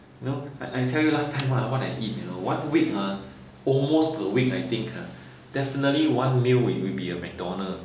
you know I I tell you last time ha what I eat you know one week ha almost the week I think ha definitely one meal will be a McDonald's